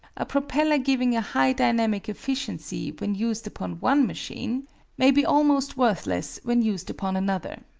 a propeller giving a high dynamic efficiency when used upon one machine may be almost worthless when used upon another.